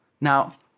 Now